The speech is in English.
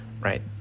right